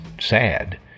sad